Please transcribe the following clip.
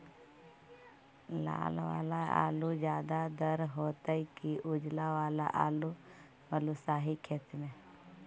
लाल वाला आलू ज्यादा दर होतै कि उजला वाला आलू बालुसाही खेत में?